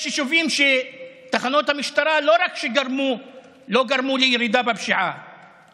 יש יישובים שתחנות המשטרה לא רק שלא גרמו לירידה בפשיעה,